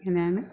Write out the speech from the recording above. ഇതാണ്